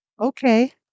Okay